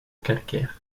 calcaires